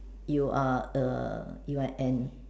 you are a you're an